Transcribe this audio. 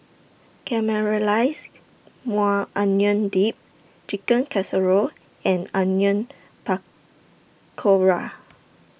Caramelized Maui Onion Dip Chicken Casserole and Onion Pakora